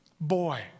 boy